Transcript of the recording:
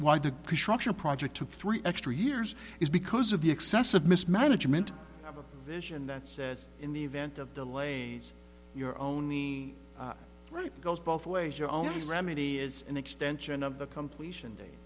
the construction project took three extra years is because of the excessive mismanagement of a vision that says in the event of delays your own money right goes both ways your only remedy is an extension of the completion da